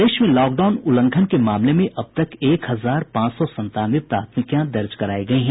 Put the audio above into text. प्रदेश में लॉकडाउन उल्लंघन के मामले में अब तक एक हजार पांच सौ संतानवे प्राथमिकियां दर्ज करायी गयी हैं